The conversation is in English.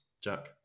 Jack